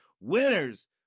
winners